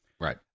Right